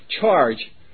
charge